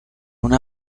una